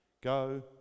go